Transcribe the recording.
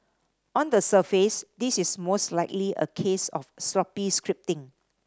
on the surface this is most likely a case of sloppy scripting